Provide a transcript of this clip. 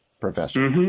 Professor